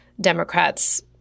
Democrats